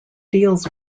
deals